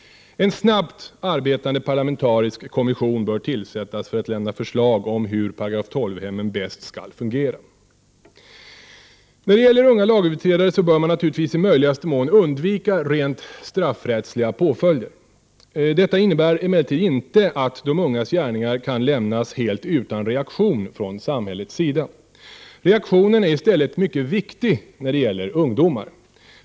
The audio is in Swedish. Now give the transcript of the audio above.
En snabbt arbetande parlamentarisk kommission bör tillsättas för att lämna förslag om hur § 12-hemmen bäst skall fungera. När det gäller unga lagöverträdare bör man naturligtvis i möjligaste mån undvika rent straffrättsliga påföljder. Detta innebär emellertid inte att de ungas gärningar kan lämnas helt utan reaktion från samhällets sida. Reaktionen är i stället mycket viktig när det gäller ungdomar.